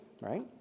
Right